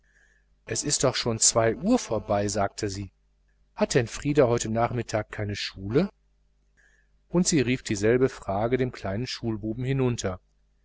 es ist doch schon uhr vorbei sagte sie hat denn frieder heute nachmittag keine stunde und sie rief dieselbe frage dem kleinen schulbuben hinunter